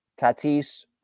Tatis